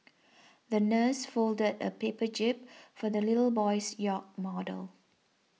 the nurse folded a paper jib for the little boy's yacht model